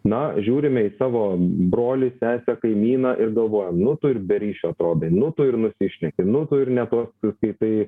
na žiūrime į tavo brolį sesę kaimyną ir galvojam nu tu ir be ryšio atrodai nu tu ir nusišneki nu tu ir ne tuos skaitai